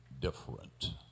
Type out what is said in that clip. different